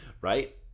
Right